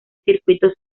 circuitos